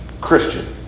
Christian